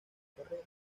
carrera